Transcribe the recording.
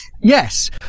Yes